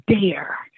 dare